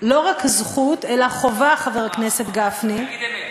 לא רק זכות, אלא חובה, חבר הכנסת גפני, להגיד אמת.